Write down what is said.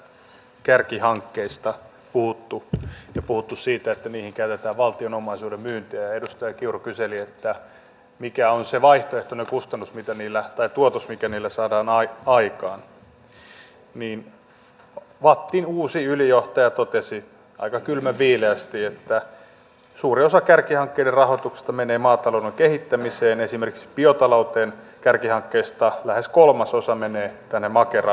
kun täällä on näistä kärkihankkeista puhuttu ja on puhuttu siitä että niihin käytetään valtion omaisuuden myyntiä ja edustaja kiuru kyseli mikä on se vaihtoehtoinen tuotos mikä niillä saadaan aikaan niin vattin uusi ylijohtaja totesi aika kylmänviileästi että suuri osa kärkihankkeiden rahoituksesta menee maatalouden kehittämiseen esimerkiksi biotalouden kärkihankkeesta lähes kolmasosa menee tänne makeraan